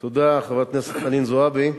תודה, חברת הכנסת חנין זועבי.